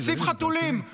תקציב חתולים.